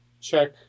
Check